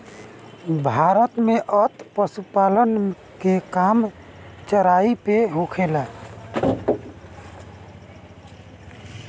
भारत में तअ पशुपालन के काम चराई पे ही होखेला